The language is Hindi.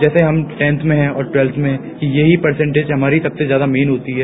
जैसे हम टेथ में हैं टूवेल्थ में यही प्रसेंटेज हमारी सबसे ज्यादा मैन होती है